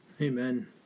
Amen